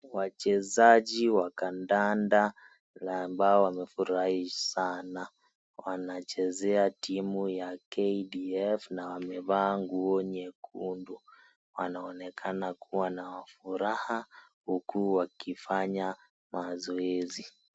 Wachezaji wa kandanda ambao wamefurahi sana. Wanachezea timu ya KDF na wamevaa nguo nyekundu. Wanaonekana kuwa na furaha huku wakifanya mazoezi.